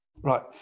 Right